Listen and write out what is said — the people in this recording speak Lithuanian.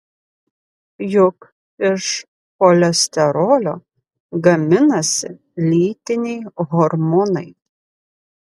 juk iš cholesterolio gaminasi lytiniai hormonai